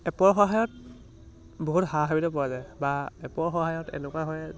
এপৰ সহায়ত বহুত সা সুবিধা পোৱা যায় বা এপৰ সহায়ত এনেকুৱা হয়